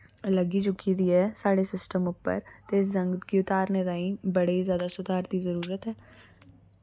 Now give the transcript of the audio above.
लग्गी चुकी दी ऐ साढ़े सिस्टम उप्पर ते जंग गी उतारने ताईं बड़ी जैदा सुधार दी जरूरत ऐ